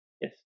Yes